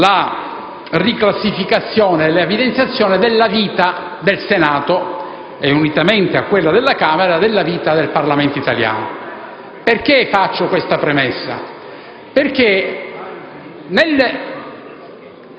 la riclassificazione e l'evidenziazione della vita del Senato e, unitamente a quella della Camera, della vita del Parlamento italiano. Perché faccio questa premessa? Perché